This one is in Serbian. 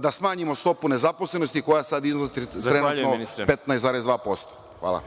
da smanjimo stopu nezaposlenosti, koja iznosi trenutno 15,2%. Hvala.